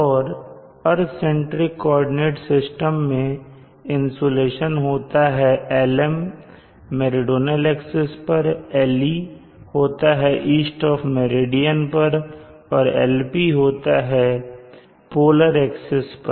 और earth centric coordinate system में insolation होता है Lm मेरिडियन एक्सिस पर Le होता है ईस्ट ऑफ मेरिडियन पर और Lp होता है पोलर एक्सिस पर